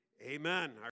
Amen